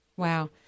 Wow